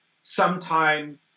sometime